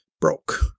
broke